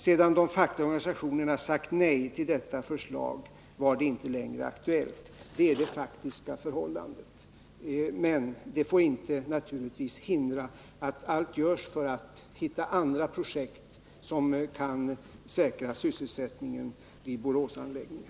Sedan de fackliga organisationerna sagt nej till detta förslag var det inte längre aktuellt. Det är det faktiska förhållandet. Men det får naturligtvis inte hindra att allt görs för att finna andra projekt som kan säkra sysselsättningen vid Boråsanläggningen.